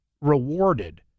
rewarded